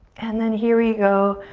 and then here we go.